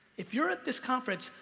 if you're at this conference,